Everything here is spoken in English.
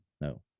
No